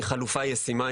היא חלופה ישימה,